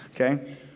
okay